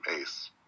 Ace